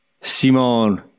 Simon